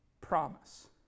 promise